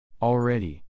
already